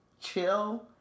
Chill